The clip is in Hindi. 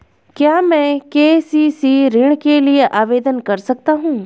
क्या मैं के.सी.सी ऋण के लिए आवेदन कर सकता हूँ?